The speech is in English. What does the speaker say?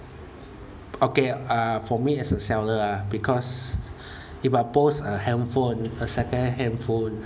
okay for me as a seller ah because if I post a handphone a second hand handphone